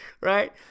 right